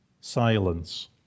silence